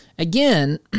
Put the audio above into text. Again